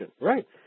Right